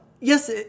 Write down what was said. yes